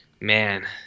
man